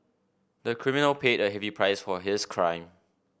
the criminal paid a heavy price for his crime